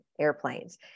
airplanes